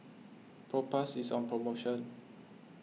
Propass is on promotion